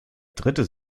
dritte